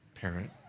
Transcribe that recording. parent